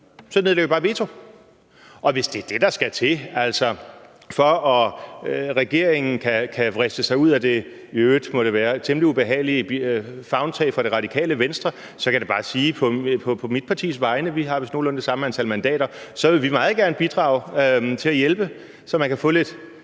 EU, nedlægger vi veto. Hvis det er det, der skal til, for at regeringen kan vriste sig ud af det i øvrigt – må det være – temmelig ubehagelige favntag fra Det Radikale Venstre, så kan jeg da bare sige på mit partis vegne, og vi har vist nogenlunde det samme antal mandater, at vi meget gerne vil bidrage til at hjælpe, så man kan få lidt